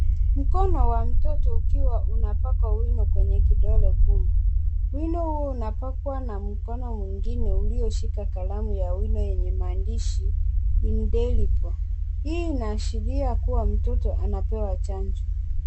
Mkono wa mtoto ukiwa unapaka wino kwenye kidole gumba. Wino huo unapakwa na mkono mwingine ulioshika kalamu yenye maandishi indelipwa. Hii inaashiria kuwa mtoto anapewa chanjo.